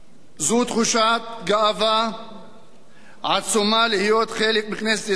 זאת תחושת גאווה עצומה להיות חלק מכנסת ישראל,